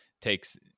takes